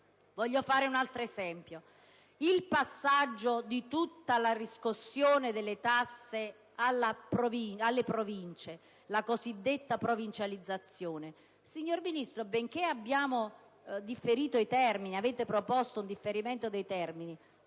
Voglio fare un altro esempio. Il passaggio di tutta la riscossione delle tasse alle Province, la cosiddetta provincializzazione, signor Ministro, benché abbiate proposto un differimento dei termini,